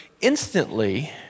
instantly